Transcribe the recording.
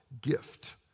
gift